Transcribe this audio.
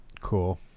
Cool